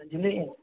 बुझली